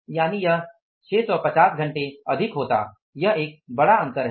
यानी यह 650 घंटे अधिक होता यह एक बड़ा अंतर है